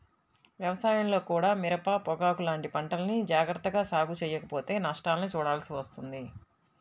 వ్యవసాయంలో కూడా మిరప, పొగాకు లాంటి పంటల్ని జాగర్తగా సాగు చెయ్యకపోతే నష్టాల్ని చూడాల్సి వస్తుంది